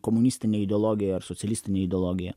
komunistinė ideologija ar socialistinė ideologija